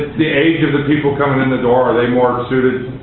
the age of the people coming in the door, are they more suited